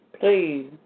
please